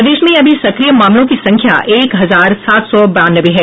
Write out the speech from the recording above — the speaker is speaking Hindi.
प्रदेश में अभी सक्रिय मामलों की संख्या एक हजार सात सौ बानवे है